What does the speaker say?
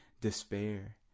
despair